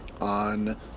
on